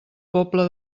pobla